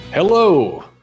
Hello